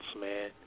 man